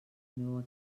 meu